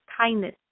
kindness